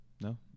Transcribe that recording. No